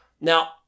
Now